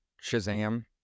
Shazam